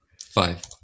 five